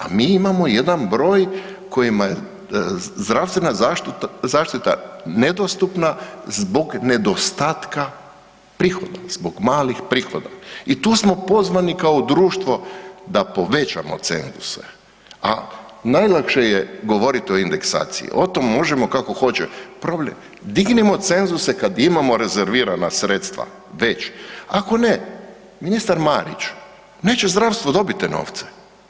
A mi imamo jedan broj kojima zdravstvena zaštita nedostupna zbog nedostatka prihoda, zbog malih prihoda i tu smo pozvani kao društvo da povećamo cenzuse, a najlakše je govoriti o indeksaciji, o tom možemo kako hoćemo, problem, dignimo cenzuse kad imamo rezervirana sredstva, već, ako ne ministar Marić, neće zdravstvo neće dobiti te novce.